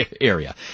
area